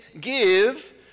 give